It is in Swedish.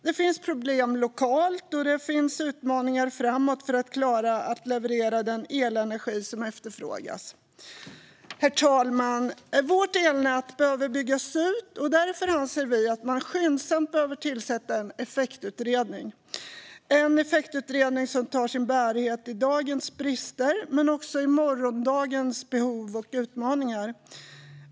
Det finns problem lokalt, och det finns utmaningar framåt för att klara att leverera den elenergi som efterfrågas. Herr talman! Vårt elnät behöver byggas ut, och därför anser vi att man skyndsamt behöver tillsätta en effektutredning. Det ska vara en effektutredning som tar sin bärighet i dagens brister men också i morgondagens behov och utmaningar.